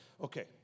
Okay